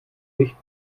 nicht